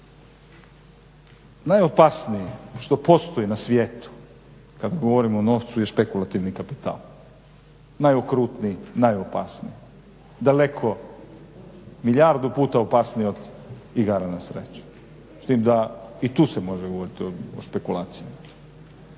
Najopasnije što postoji na svijetu kad govorimo o novcu je špekulativni kapital. Najokrutniji i najopasniji, daleko milijardu puta opasniji od igara na sreću s tim da se i tu može govoriti o špekulacijama.